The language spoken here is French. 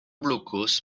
blockhaus